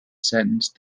sentence